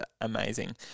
amazing